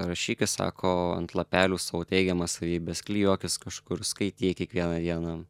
rašykis sako ant lapelių savo teigiamas savybes klijuokis kažkur skaityk kiekvieną dieną